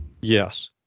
Yes